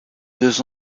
deux